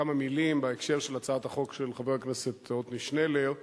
כמה מלים בהקשר של הצעת החוק של חבר הכנסת עתני שנלר וה"עליהום"